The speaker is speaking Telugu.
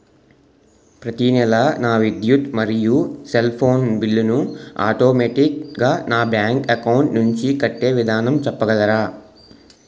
ప్రతి నెల నా విద్యుత్ మరియు సెల్ ఫోన్ బిల్లు ను ఆటోమేటిక్ గా నా బ్యాంక్ అకౌంట్ నుంచి కట్టే విధానం చెప్పగలరా?